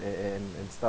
and and and stuff